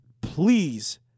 Please